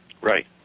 Right